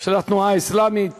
של התנועה האסלאמית